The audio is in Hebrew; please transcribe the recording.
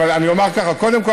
אבל אני אומר ככה: קודם כול,